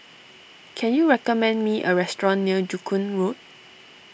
can you recommend me a restaurant near Joo Koon Road